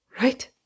right